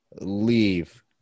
leave